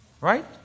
Right